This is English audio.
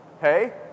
Hey